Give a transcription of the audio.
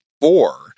four